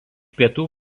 pietų